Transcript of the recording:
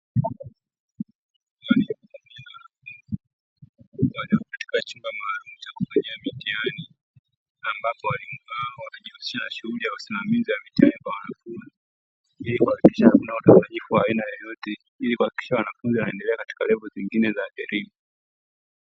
Walimu pamoja na wanafunzi katika chumba maalumu cha kufanyia mitihani; ambapo walimu hao wanajihusisha na shughuli ya usimamizi wa mitihani kwa wanafunzi, ili kuhakikisha hakuna udanganyifu wa aina yoyote, ili kuhakikisha wanafunzi wanaendelea katika "level", nyingine za elimu.